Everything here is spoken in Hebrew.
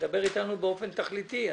דבר אתנו באופן תכליתי.